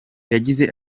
yagize